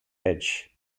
edge